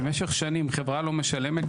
שבמשך שנים חברה לא משלמת,